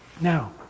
Now